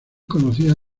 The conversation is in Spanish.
conocida